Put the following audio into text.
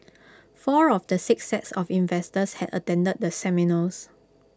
four of the six sets of investors had attended the seminars